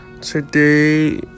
Today